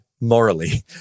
morally